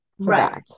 Right